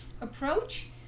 approach